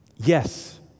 Yes